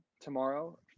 tomorrow